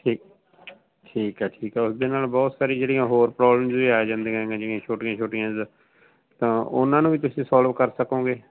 ਠੀਕ ਠੀਕ ਆ ਠੀਕ ਆ ਉਸ ਦੇ ਨਾਲ ਬਹੁਤ ਸਾਰੀ ਜਿਹੜੀਆਂ ਹੋਰ ਪ੍ਰੋਬਲਮਜ ਵੀ ਆ ਜਾਂਦੀਆਂ ਹੈਗੀਆਂ ਜਿਹੜੀਆਂ ਛੋਟੀਆਂ ਛੋਟੀਆਂ ਤਾਂ ਉਹਨਾਂ ਨੂੰ ਵੀ ਤੁਸੀਂ ਸੋਲਵ ਕਰ ਸਕੋਂਗੇ